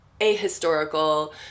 ahistorical